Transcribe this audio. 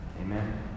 Amen